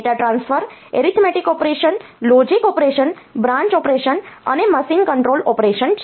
data transfer arithmetic operation logic operation branch operation અને machine control operation છે